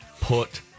put